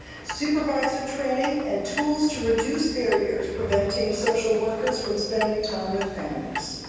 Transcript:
supervisor training and tools to reduce barriers preventing social workers from spending time with families.